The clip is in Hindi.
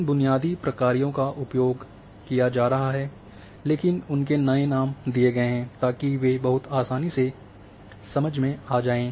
इन बुनियादी प्रकारों का उपयोग किया जा रहा है लेकिन उनके नए नाम दिए गए हैं ताकि वे बहुत आसानी से समझ में आ जाएं